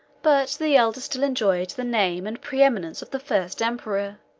but the elder still enjoyed the name and preeminence of the first emperor,